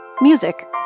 music